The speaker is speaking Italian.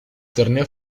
torneo